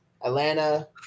Atlanta